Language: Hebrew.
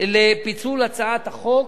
לפיצול הצעת החוק,